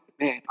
man